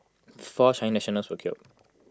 four Chinese nationals were killed